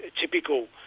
typical